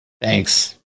Thanks